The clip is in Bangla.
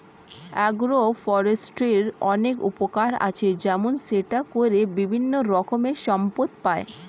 অ্যাগ্রো ফরেস্ট্রির অনেক উপকার আছে, যেমন সেটা করে বিভিন্ন রকমের সম্পদ পাই